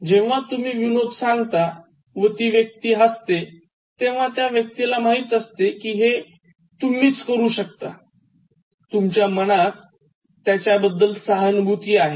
जेव्हा तुम्ही विनोद सांगता व ती व्यक्ती हस्ते तेव्हा त्या व्यक्तीला माहिती असते कि हे तुम्हीच करू शकता तुमच्या मनात त्याच्याबद्दल सहानभूती आहे